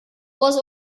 was